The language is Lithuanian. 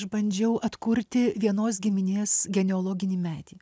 aš bandžiau atkurti vienos giminės genealoginį medį